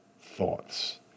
thoughts